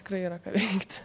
tikrai yra ką veikti